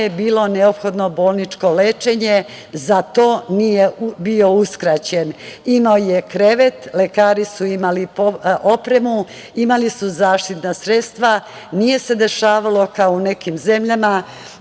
bilo neophodno bolničko lečenje za to nije bio uskraćen, imao je krevet, lekari su imali opremu, imali su zaštitna sredstva, nije se dešavalo kao u nekim zemljama